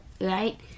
right